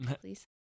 please